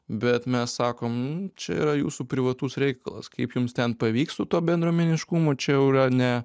bet mes sakom čia yra jūsų privatus reikalas kaip jums ten pavyks su tuo bendruomeniškumu čia jau yra ne